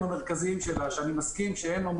שבסופו שם יהיו גוף בעל רישיון,